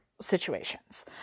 situations